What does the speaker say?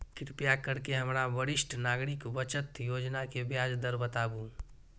कृपा करके हमरा वरिष्ठ नागरिक बचत योजना के ब्याज दर बताबू